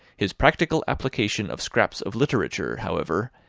his practical application of scraps of literature, however,